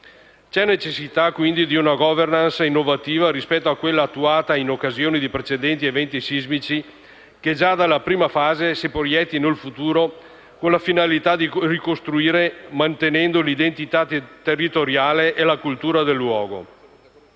C'è necessità quindi di una *governance* innovativa rispetto a quella attuata in occasione di precedenti eventi sismici, che già dalla prima fase si proietti nel futuro con la finalità di ricostruire mantenendo l'identità territoriale e la cultura del luogo.